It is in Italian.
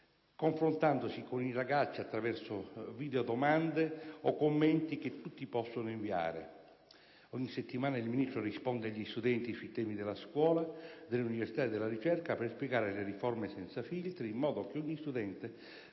confronto con i ragazzi attraverso videodomande o commenti che tutti possono inviare. Ogni settimana il Ministro risponde agli studenti sui temi della scuola, dell'università e della ricerca per spiegare le riforme senza filtri, in modo che ogni studente